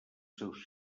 seus